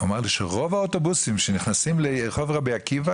הוא אמר לי שרוב אוטובוסים שנכנסים לרחוב רבי עקיבא,